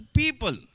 people